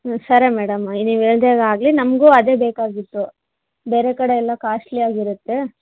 ಹ್ಞೂ ಸರಿ ಮೇಡಮ್ ನೀವು ಹೇಳ್ದಾಗೇ ಆಗಲಿ ನಮಗೂ ಅದೇ ಬೇಕಾಗಿತ್ತು ಬೇರೆ ಕಡೆ ಎಲ್ಲ ಕಾಸ್ಟ್ಲಿ ಆಗಿರುತ್ತೆ